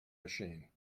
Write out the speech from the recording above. machine